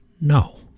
No